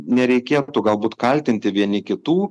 nereikėtų galbūt kaltinti vieni kitų